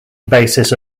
basis